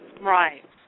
Right